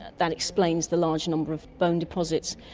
that explains the large number of bone deposits.